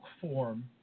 form